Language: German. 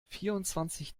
vierundzwanzig